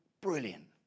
Brilliant